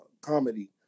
comedy